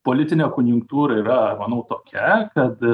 politinė konjunktūra yra manau tokia kad